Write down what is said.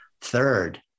Third